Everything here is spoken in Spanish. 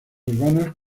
urbanas